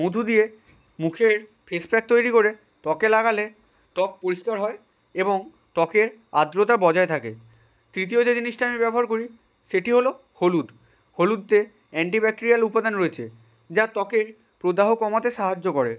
মধু দিয়ে মুখের face pack তৈরি করে ত্বকে লাগালে ত্বক পরিষ্কার হয় এবং ত্বকের আর্দ্রতা বজায় থাকে তৃতীয় যে জিনিসটা আমি ব্যবহার করি সেটি হলো হলুদ হলুদে আ্যন্টি ব্যাকটেরিয়াল উপাদান রয়েছে যা ত্বকের প্রদাহ কমাতে সাহায্য করে